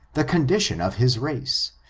the condition of his race,